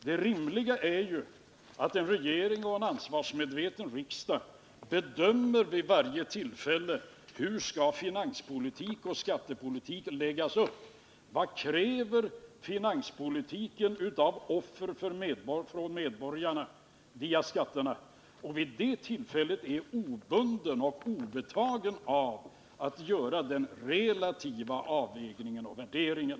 Det rimliga är ju att en regering och en ansvarsmedveten riksdag vid varje tillfälle bedömer hur finanspolitik och skattepolitik skall läggas upp och frågar sig vad finanspolitiken kräver av offer från medborgarna via skatterna. Vid det tillfället skall man vara obunden och obetagen att göra den relativa avvägningen och värderingen.